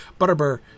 Butterbur